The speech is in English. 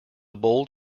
bold